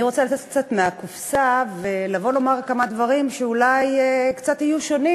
אני רוצה לצאת קצת מהקופסה ולבוא לומר כמה דברים שאולי קצת יהיו שונים,